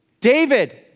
David